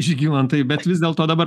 žygimantai bet vis dėlto dabar